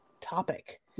topic